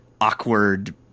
awkward